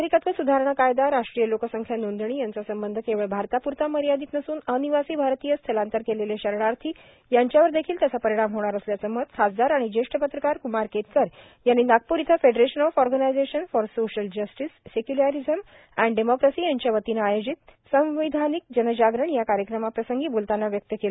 नागरिकत्व सुधारणा कायदा राष्ट्रीय लोकसंख्या नोंदणी यांचा संबंध केवळ भारताप्रता मर्यादित नसून अनिवासी भारतीय स्थलांतर केलेले शरणार्थी यांच्यावर देखील त्याचा परिणाम होणार असल्याचं मत खासदार आणि जेष्ठ पत्रकार क्मार केतकर यांनी नागपूर इथं federation of organisation for social justice secularism and democracy यांच्या वतीने आयोजित संविधानिक जनजागरण या कार्यक्रमाप्रसंगी बोलताना व्यक्त केलं